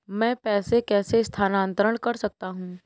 मैं पैसे कैसे स्थानांतरण कर सकता हूँ?